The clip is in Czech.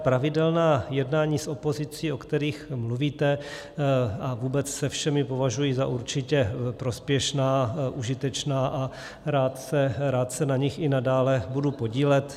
Pravidelná jednání s opozicí, o kterých mluvíte, a vůbec se všemi považuji za určitě prospěšná, užitečná a rád se na nich i nadále budu podílet.